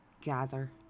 gather